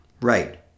Right